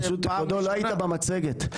כבודו, לא היית במצגת.